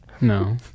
No